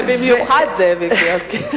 ובמיוחד זאביק בילסקי.